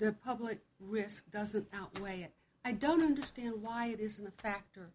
the public risk doesn't outweigh it i don't understand why it isn't a factor